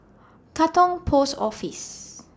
Katong Post Office